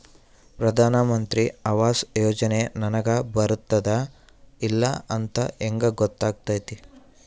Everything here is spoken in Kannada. ಪ್ರಧಾನ ಮಂತ್ರಿ ಆವಾಸ್ ಯೋಜನೆ ನನಗ ಬರುತ್ತದ ಇಲ್ಲ ಅಂತ ಹೆಂಗ್ ಗೊತ್ತಾಗತೈತಿ?